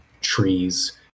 trees